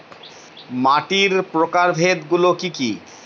মাটির প্রকারভেদ গুলো কি কী?